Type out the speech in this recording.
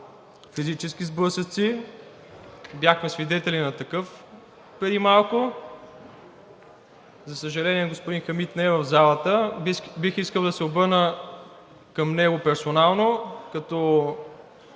физически сблъсъци – бяхме свидетели на такъв преди малко. За съжаление, господин Хамид не е в залата, бих искал да се обърна към него персонално като